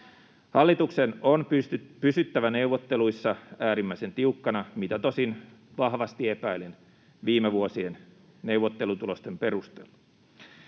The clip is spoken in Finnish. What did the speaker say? Hallituksen on pysyttävä neuvotteluissa äärimmäisen tiukkana, mitä tosin vahvasti epäilen viime vuosien neuvottelutulosten perusteella.